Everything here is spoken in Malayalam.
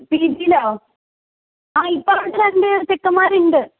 പീ ജിലോ ആ ഇപ്പം അവിടെ രണ്ട് ചെക്കന്മാരുണ്ട്